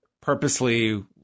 purposely